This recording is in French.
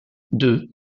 deux